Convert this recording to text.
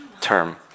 term